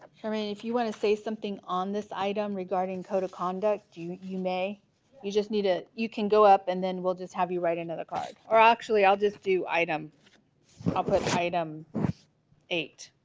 i mean if you want to say something on this item regarding code of conduct do you you may you just need a you can go up? and then we'll just have you write into the card or actually i'll just do item i'll put item eight